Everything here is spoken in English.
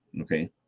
Okay